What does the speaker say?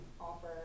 offer